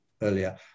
earlier